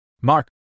Mark